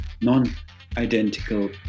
non-identical